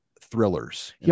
thrillers